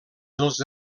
dels